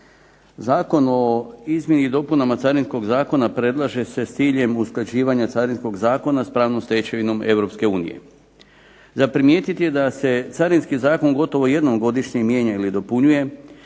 Zakon o izmjeni i dopunama Carinskog zakona predlaže se s ciljem usklađivanja carinskog zakona s pravnom stečevinom Europske unije. Za primijetiti je da se Carinski zakon gotovo jednom godišnje mijenja ili dopunjuje,